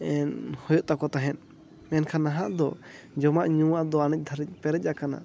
ᱦᱩᱭᱩᱜ ᱛᱟᱠᱚ ᱛᱟᱦᱮᱫ ᱢᱮᱱᱠᱷᱟᱱ ᱱᱟᱦᱟᱜ ᱫᱚ ᱡᱚᱢᱟᱜ ᱧᱩᱣᱟᱜ ᱫᱚ ᱟᱱᱮᱡ ᱫᱷᱟᱱᱮᱡ ᱯᱮᱨᱮᱡ ᱟᱠᱟᱱᱟ